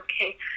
okay